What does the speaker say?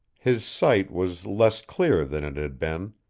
his sight was less clear than it had been,